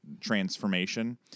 transformation